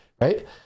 right